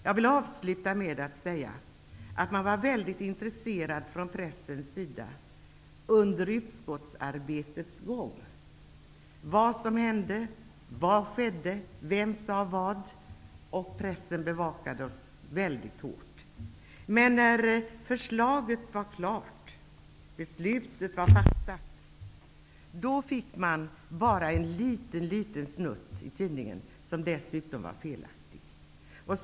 Jag vill avsluta med att säga att pressen var väldigt intresserad av vad som hände, vem som sade vad m.m. under utskottsarbetets gång -- man bevakade oss mycket hårt. Men när förslaget var klart och beslutet var fattat blev det bara en liten snutt i tidningen -- som dessutom var felaktig.